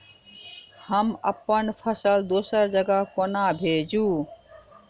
हम अप्पन फसल दोसर जगह कोना भेजू?